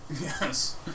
Yes